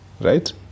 right